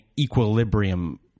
equilibrium